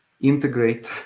integrate